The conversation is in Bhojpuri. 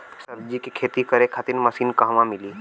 सब्जी के खेती करे खातिर मशीन कहवा मिली?